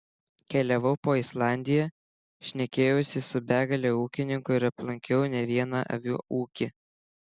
keliavau po islandiją šnekėjausi su begale ūkininkų ir aplankiau ne vieną avių ūkį